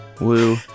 Woo